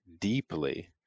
deeply